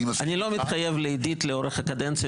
אני לא מתחייב לעידית לאורך הקדנציה